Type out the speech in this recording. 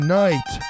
night